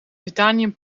titanium